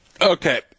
Okay